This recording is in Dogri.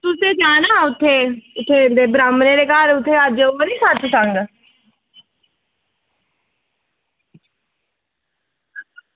तुसें जाना उत्थें ब्राह्मणें दे घर उत्थें अज्ज ओह् ऐ ना सत्संग